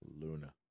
Luna